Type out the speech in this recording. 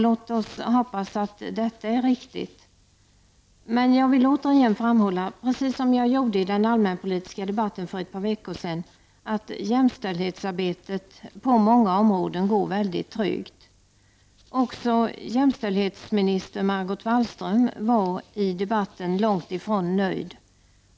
Låt oss hoppas att detta är riktigt! Men jag vill återigen framhålla, precis som jag gjorde i den allmänpolitiska debatten för ett par veckor sedan, att jämställdhetsarbetet på många områden går väldigt trögt. Också jämställdhetsminister Margot Wallström var i debatten långt ifrån nöjd.